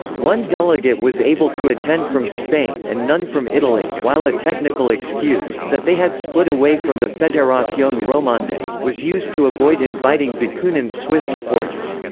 one delegate was able to attend from spain and none from italy, while a technical excuse that they had split away from the federation romande was used to avoid inviting bakunin's swiss supporters.